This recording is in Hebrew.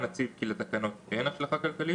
הנושא הוא פרק ח' (כבאות) מתוך הצעת חוק התכנית הכלכלית